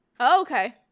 okay